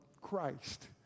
Christ